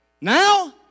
Now